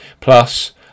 Plus